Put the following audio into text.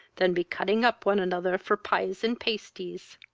than be cutting up one another for pies and pasties!